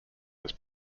its